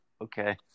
Okay